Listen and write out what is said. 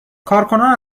کارکنان